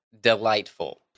delightful